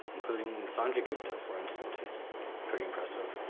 including sanjay gupta, for instance. he's pretty impressive.